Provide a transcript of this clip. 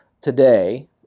today